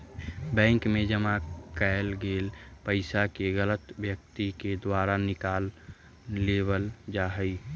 bank मैं जमा कैल गेल पइसा के गलत व्यक्ति के द्वारा निकाल लेवल जा हइ